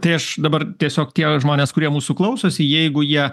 tai aš dabar tiesiog tie žmonės kurie mūsų klausosi jeigu jie